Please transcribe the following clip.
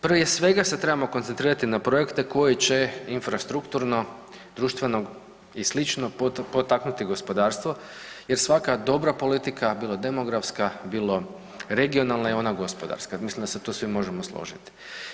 Prije svega se trebamo koncentrirati na projekte koji će infrastrukturno, društveno i slično potaknuti gospodarstvo jer svaka dobra politika, bilo demografska, bilo regionalna je ona gospodarstva i mislim da se tu svi možemo složiti.